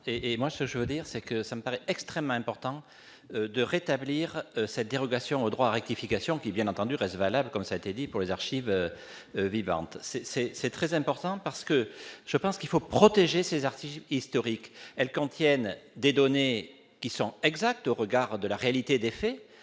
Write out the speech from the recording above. et moi, je veux dire, c'est que ça me paraît extrêmement important de rétablir cette dérogation au droit rectification qui bien entendu reste valable, comme ça a été dit, pour les archives vivantes, c'est, c'est c'est très important parce que je pense qu'il faut protéger ses articles historiques, elles contiennent des données qui sont exacts au regard de la réalité des faits